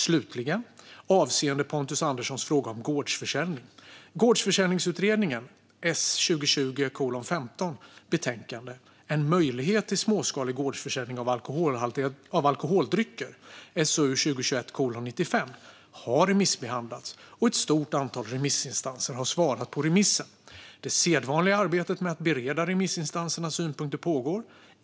Slutligen avseende Pontus Anderssons fråga om gårdsförsäljning: Gårdsförsäljningsutredningens betänkande En möjlighet till småskalig gårdsförsäljning av alkoholdrycker har remissbehandlats, och ett stort antal remissinstanser har svarat på remissen. Det sedvanliga arbetet med att bereda remissinstansernas synpunkter pågår.